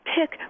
pick